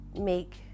make